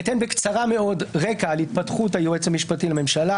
אתן בקצרה מאוד רקע על התפתחות היועץ המשפטי לממשלה